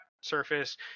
surface